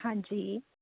ਹਾਂਜੀ